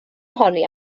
ohoni